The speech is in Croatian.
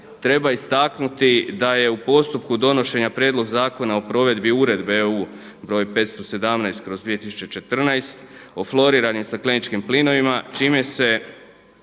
treba istaknuti da je u postupku donošenja Prijedlog zakona o provedbi Uredbe EU br. 517/2014. o fluoriranim stakleničkim plinovima čime se